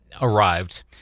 arrived